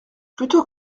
plutôt